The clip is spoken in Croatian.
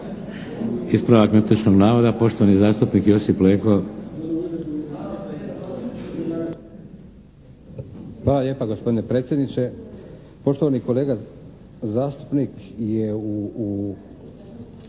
Ispravak netočnog navoda, poštovani zastupnik Frano